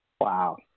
Wow